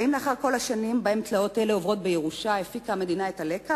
האם לאחר כל השנים שבהן תלאות אלה עוברות בירושה הפיקה המדינה את הלקח?